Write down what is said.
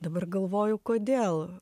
dabar galvoju kodėl